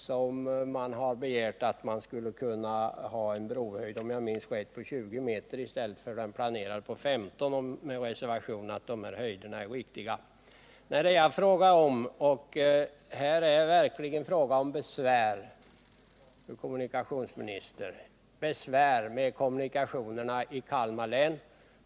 De har begärt att få en brohöjd på om jag minns rätt 20 meter i stället för en planerad höjd på 15 meter — jag får göra reservationen att jag inte är säker på om de här höjderna är korrekta. Det jag frågar om gäller de besvär — i det fallet rör det sig verkligen om besvär, fru kommunikationsminister — som råder när det gäller kommunikationerna i Kalmar län.